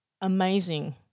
Amazing